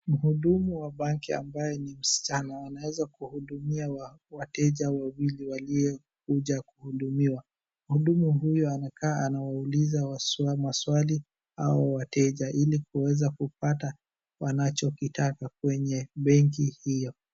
Mhudumu wa banki ambaye ni msichana, anaeza kuhudumia wateja wawili waliokuja kuhudumiwa. Mhudumu huyo anakaa anawauliza maswali, hao wateja ili kuweza kupata wanachokitaka kwenye benki hio.